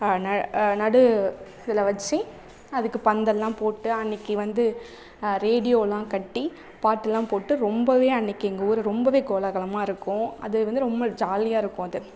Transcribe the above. ந நடு இதில் வச்சு அதுக்கு பந்தல் எல்லாம் போட்டு அன்னைக்கு வந்து ரேடியோ எல்லாம் கட்டி பாட்டு எல்லாம் போட்டு ரொம்பவே அன்னைக்கு எங்கள் ஊர் ரொம்பவே கோலகலமாக இருக்கும் அது வந்து ரொம்ப ஜாலியாக இருக்கும் அது